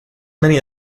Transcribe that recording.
many